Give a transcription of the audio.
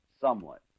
somewhat